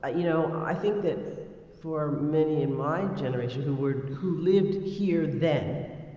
ah you know, i think that for many in my generation who were, who lived here then,